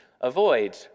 avoid